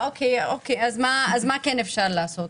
אז מה כן אפשר לעשות?